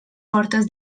portes